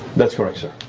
that's correct, sir.